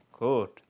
Good